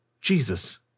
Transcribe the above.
Jesus